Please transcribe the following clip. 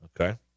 Okay